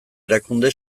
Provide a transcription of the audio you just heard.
erakunde